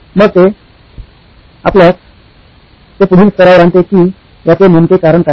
मग ते आपल्यास ते पुढील स्तरावर आणते कि याचे नेमके कारण काय